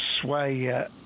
sway